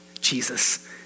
Jesus